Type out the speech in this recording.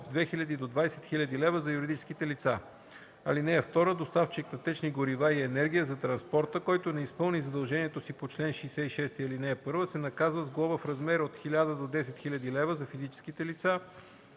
от 2000 до 20 000 лв. за юридическите лица. (2) Доставчик на течни горива и енергия за транспорта, който не изпълни задължението си по чл. 66, ал. 1, се наказва с глоба в размер от 1000 до 10 000 лв. за физическите лица,